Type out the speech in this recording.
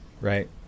right